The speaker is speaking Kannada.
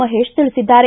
ಮಹೇತ್ ತಿಳಿಸಿದ್ದಾರೆ